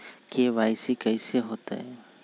KYC कैसे होतई?